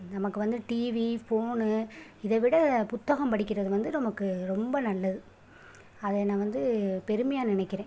நமக்கு வந்து TV phone இதை விட புத்தகம் படிக்கிறது வந்து நமக்கு ரொம்ப நல்லது அதை நான் வந்து பெருமையாக நினைக்கிறேன்